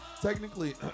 technically